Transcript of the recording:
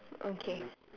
okay